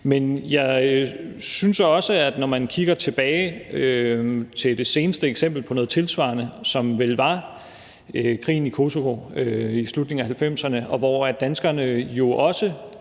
Men jeg synes også, at når man kigger tilbage til det seneste eksempel på noget tilsvarende, som vel var krigen i Kosovo i slutningen af 1990'erne, hvor danskerne jo også